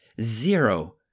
Zero